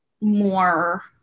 more